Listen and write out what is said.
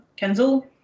Kenzel